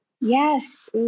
Yes